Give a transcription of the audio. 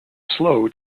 slow